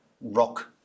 rock